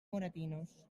moratinos